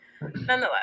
Nonetheless